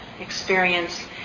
experience